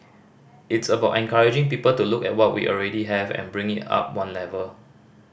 it's about encouraging people to look at what we already have and bring it up one level